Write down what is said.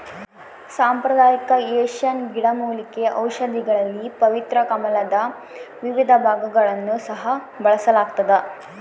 ಸಾಂಪ್ರದಾಯಿಕ ಏಷ್ಯನ್ ಗಿಡಮೂಲಿಕೆ ಔಷಧಿಗಳಲ್ಲಿ ಪವಿತ್ರ ಕಮಲದ ವಿವಿಧ ಭಾಗಗಳನ್ನು ಸಹ ಬಳಸಲಾಗ್ತದ